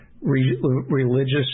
religious